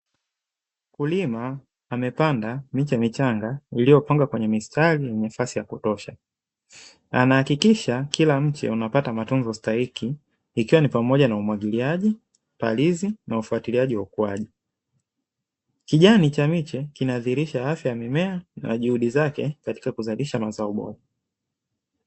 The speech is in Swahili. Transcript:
Mkulima amepanda miche michanga iliyopangwa kwenye mistari yenye nafasi ya kutosha, anahakikisha kila mche unapata matunzo stahiki, ikiwa ni pamoja na umwigiliaji, palizi na ufuatiliaji wa ukuaji. Kijani cha miche kinadhihirisha afya ya mimea, na juhudi zake katika kuzalisha mazao bora.